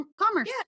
commerce